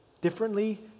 differently